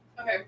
Okay